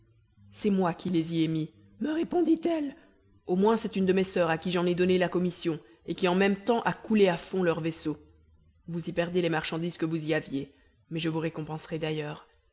c'est moi qui les y ai mis me répondit-elle au moins c'est une de mes soeurs à qui j'en ai donné la commission et qui en même temps a coulé à fond leur vaisseau vous y perdez les marchandises que vous y aviez mais je vous récompenserai d'ailleurs